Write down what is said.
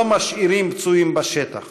לא משאירים פצועים בשטח,